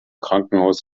krankenhaus